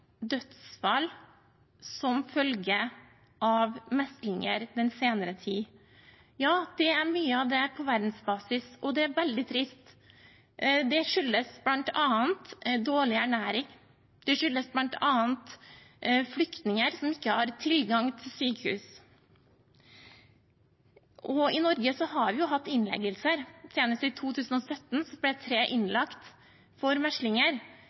dødsfall som følge av meslinger den senere tid. Ja, det er mye av det på verdensbasis, og det er veldig trist, og det skyldes bl.a. dårlig ernæring, og det skyldes bl.a. flyktninger som ikke har tilgang til sykehus. I Norge har vi jo hatt innleggelser, senest i 2017 ble tre innlagt med meslinger,